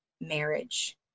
marriage